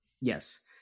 Yes